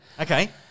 Okay